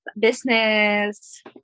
business